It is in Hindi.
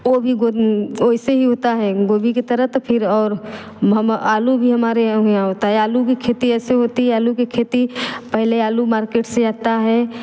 वो भी वैसे ही होता है गोभी की तरह तो फिर और हम आलू भी हमारे यहाँ होता है आलू की खेती ऐसे होती है आलू की खेती पहले आलू मार्केट से आता है